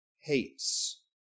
hates